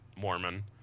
Mormon